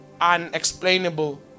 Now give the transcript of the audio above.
unexplainable